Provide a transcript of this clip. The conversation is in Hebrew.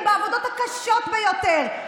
ובעבודות הקשות ביותר,